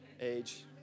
age